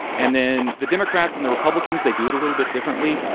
and then the democrats and the republicans, they do it a little bit differently.